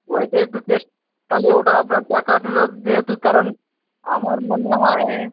ওইটা একটু চেস তালে ওটা আপনার দেকা আছে যেহেতু কারণ আমার মনে হয়